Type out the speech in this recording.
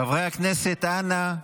חברי הכנסת, אנא,